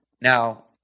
Now